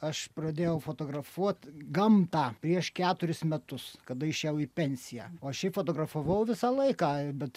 aš pradėjau fotografuot gamtą prieš keturis metus kada išėjau į pensiją o šiaip fotografavau visą laiką bet